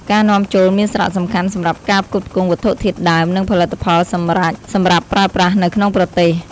ការនាំចូលមានសារៈសំខាន់សម្រាប់ការផ្គត់ផ្គង់វត្ថុធាតុដើម និងផលិតផលសម្រេចសម្រាប់ប្រើប្រាស់នៅក្នុងប្រទេស។